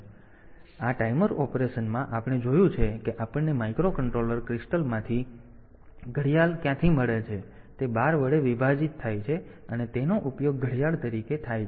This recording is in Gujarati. તેથી આ ટાઈમર ઑપરેશનમાં આપણે જોયું છે કે આપણને માઇક્રોકન્ટ્રોલર ક્રિસ્ટલમાંથી ઘડિયાળ ક્યાંથી મળે છે અને તે 12 વડે વિભાજિત થાય છે અને તેનો ઉપયોગ ઘડિયાળ તરીકે થાય છે